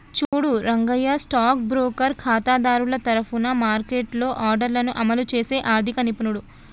చూడు Rangayya stock broker ఖాతాదారుల తరఫున మార్కెట్లో ఆర్డర్లను అమలు చేసే ఆర్థిక నిపుణుడు